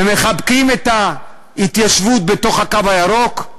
ומחבקים את ההתיישבות בתוך הקו הירוק,